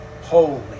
holy